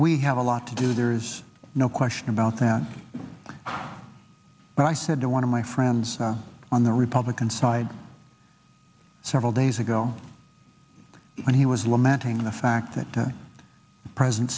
we have a lot to do there is no question about that but i said to one of my friends on the republican side several days ago when he was lamenting the fact that the present